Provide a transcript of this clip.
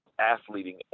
athleting